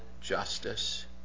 justice